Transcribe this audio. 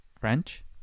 French